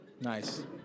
Nice